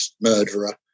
murderer